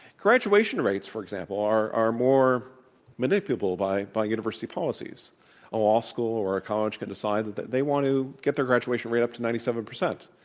graduation rates, for example, are are more manipulable by by university policies. a law school or college can decide they want to get their graduation rate up to ninety seven percent.